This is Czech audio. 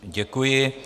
Děkuji.